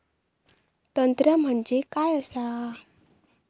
तंत्र म्हणजे काय असा?